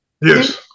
Yes